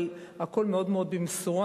אבל הכול מאוד מאוד במשורה,